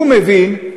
הוא מבין,